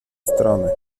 strony